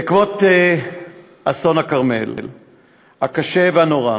בעקבות אסון הכרמל הקשה והנורא